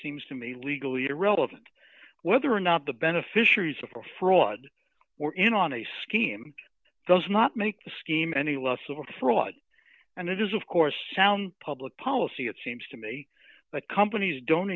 seems to me legally irrelevant whether or not the beneficiaries of her fraud were in on a scheme does not make the scheme any less of a fraud and it is of course sound public policy it seems to me that companies don't